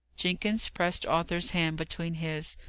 jenkins pressed arthur's hand between his.